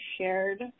shared